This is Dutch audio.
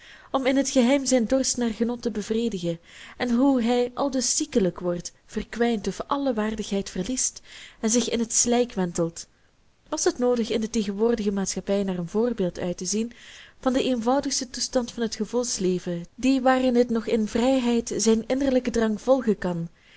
om in het geheim zijn dorst naar genot te bevredigen en hoe hij aldus ziekelijk wordt verkwijnt of alle waardigheid verliest en zich in het slijk wentelt was het noodig in de tegenwoordige maatschappij naar een voorbeeld uittezien van den eenvoudigsten toestand van het gevoelsleven die waarin het nog in vrijheid zijn innerlijken drang marcellus emants een drietal novellen volgen kan